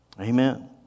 Amen